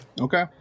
okay